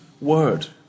word